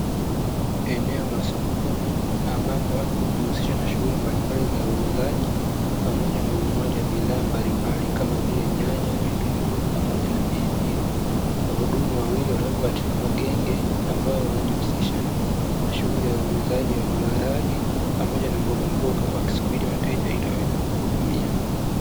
Eneo la sokoni, ambapo watu hujihusisha na shughuli mbalimbali za uuzaji, pamoja na ununuaji wa bidhaa mbalimbali kama vile nyanya, vitungu pamoja na pilipili wahudumu wawili walioko katika magenge ambao wanajihusisha na shughuli ya uuzaji wa maharage pamoja na mbogamboga wakisubiri wateja ili waweze kuwahudumia.